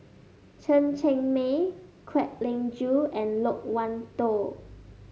Chen Cheng Mei Kwek Leng Joo and Loke Wan Tho